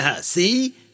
See